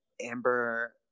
Amber